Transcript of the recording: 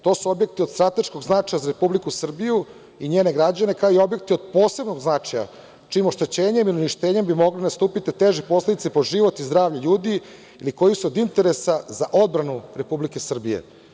To su objekti od strateškog značaja za Republiku Srbiju i njene građane, kao i objekti od posebnog značaja, čijim oštećenjem i uništenjem bi mogle nastupiti teže posledice po život i zdravlje ljudi ili koji su od interesa za odbranu Republike Srbije.